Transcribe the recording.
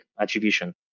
attribution